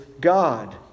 God